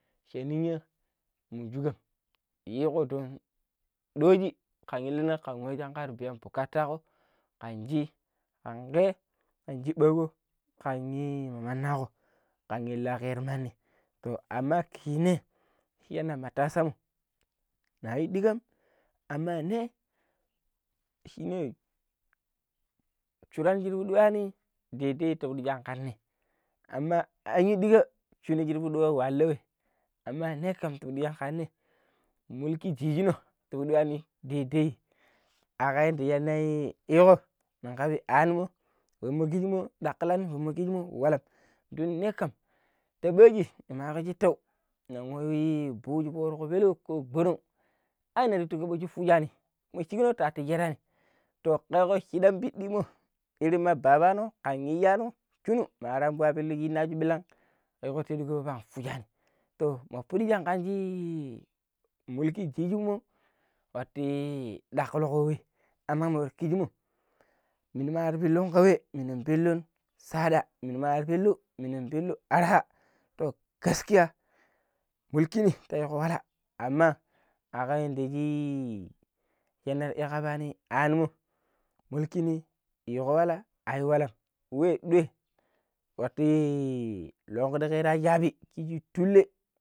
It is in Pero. se ninya mun shukam yiiko don doji kan ilunna we wu biyan butako kanci kan ke kan shibbako kan, i manaako kan illa kero madi to aman ki ne shine matasanmu nayu diigam aman ne shine shiran shi ti pidi yuani daidai ti pidi shi kan ne aman anyu diiga shinu shir pidi nwa walla wei aman ne kam tubidiya kanne mulki jijino tiidi yuani daidai akan yadda shin na i kor ni kaabi anumo wemmo kijin mo kijimmo dakidaani wemmo kijimmo watan kelangkui don ne kam ta baaji ne ma yiiko shitau ne we i buu shi foruko peleu ko gbonog ai nir itu kurbe fushani to kagam shidam pidi mo irin ma babano kan ma iyano shunu mar ambuo pillu shinaaju milang to yayikidigo yam fujani to ma furjani kan ji mulki jijimu wati dakkulko wei, aman mor kijimmo mini marpillun kaa we minu pillun sada mini mar pilo minin pilo arha to gaskiya mulkiyin tayigo wala aman akam yadda i shinar iya kabaani an mo mulkini nwango walla ayu walam we doi lun keero shaabi kiji turei